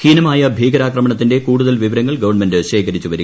ഹീനമായ ഭീകരാക്രമണ്ത്തിന്റെ കൂടുതൽ വിവരങ്ങൾ ഗവൺമെന്റ് ശേഖരിച്ചു വരികയാണ്റ്